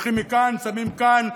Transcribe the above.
לוקחים מכאן, שמים כאן,